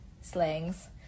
slangs